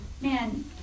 man